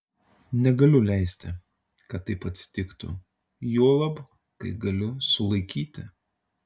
negaliu leisti kad taip atsitiktų juolab kai galiu sulaikyti